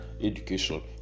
education